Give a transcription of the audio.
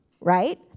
right